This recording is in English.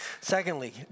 Secondly